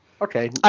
Okay